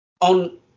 on